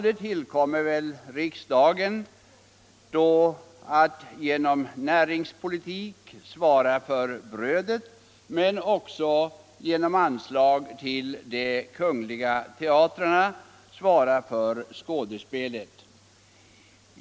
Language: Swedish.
Det tillkommer väl då riksdagen att genom sin näringspolitik svara för brödet, men också att genom anslag till de kungliga teatrarna svara för skådespelet.